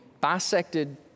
bisected